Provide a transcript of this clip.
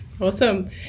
Awesome